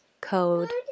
code